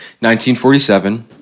1947